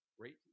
Great